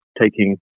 taking